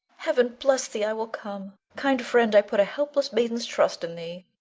heaven bless thee i will come. kind friend, i put a helpless maiden's trust in thee.